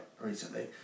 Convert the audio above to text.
recently